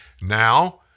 Now